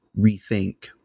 rethink